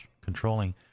controlling